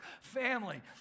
family